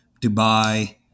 Dubai